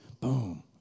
boom